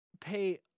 pay